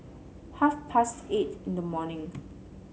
half past eight in the morning